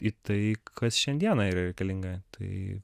į tai kas šiandieną yra reikalinga tai